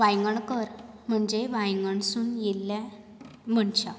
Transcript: वांयगणकर म्हणजे वांयगणसून येयल्ले मनशां